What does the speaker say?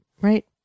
Right